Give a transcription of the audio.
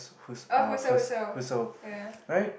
oh Husserl Husserl ya